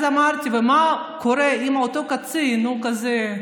אז אמרתי: ומה קורה אם אותו קצין הוא כזה,